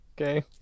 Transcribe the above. Okay